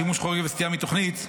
שימוש חורג וסטייה מתוכנית),